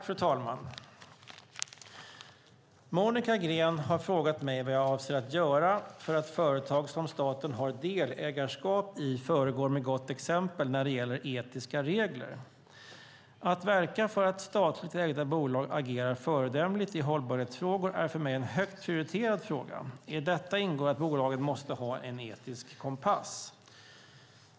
Fru talman! Monica Green har frågat mig vad jag avser att göra för att företag som staten har delägarskap i föregår med gott exempel när det gäller etiska regler. Att verka för att statligt ägda bolag agerar föredömligt i hållbarhetsfrågor är för mig en högt prioriterad fråga. I detta ingår att bolagen måste ha en etisk kompass.